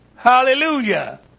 Hallelujah